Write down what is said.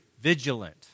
vigilant